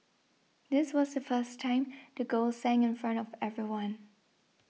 this was the first time the girl sang in front of everyone